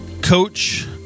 coach